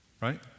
right